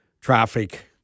traffic